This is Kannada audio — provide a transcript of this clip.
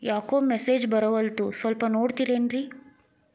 ಯಾಕೊ ಮೆಸೇಜ್ ಬರ್ವಲ್ತು ಸ್ವಲ್ಪ ನೋಡ್ತಿರೇನ್ರಿ?